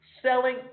selling